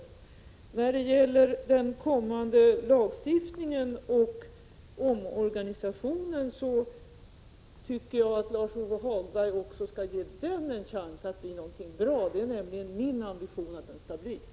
Jag tycker att Lars-Ove Hagberg också skall ge den kommande lagstiftningen och omorganisationen chansen att bli någonting bra — det är nämligen min ambition att så skall bli fallet.